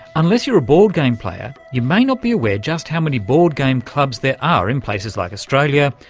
unless you're a board game player you may not be aware just how many board game clubs there are in places like australia,